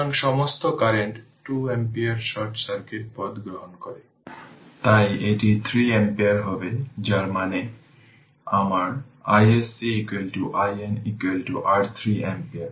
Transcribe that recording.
সুতরাং এটি সার্কিট 1 এখানে 1 d বা 1 ডিপেন্ডেন্ট ভোল্টেজ সোর্স যেখানে 3 i টার্মিনাল পোলারিটি চিহ্নিত করা হয়েছে